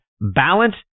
balance